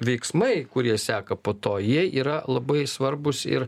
veiksmai kurie seka po to jie yra labai svarbūs ir